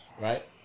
Right